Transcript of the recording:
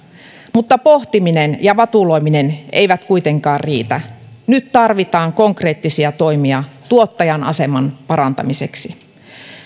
mutta pohtiminen ja vatuloiminen eivät kuitenkaan riitä nyt tarvitaan konkreettisia toimia tuottajan aseman parantamiseksi